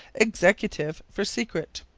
executive for secret.